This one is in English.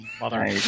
mother